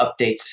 updates